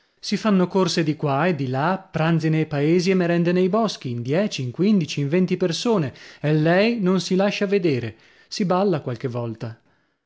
si fanno corse di qua e di là pranzi nei paesi e merende nei boschi in dieci in quindici in venti persone e lei non si lascia vedere si balla qualche volta